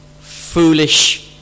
foolish